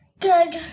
Good